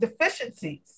deficiencies